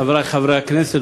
חברי חברי הכנסת,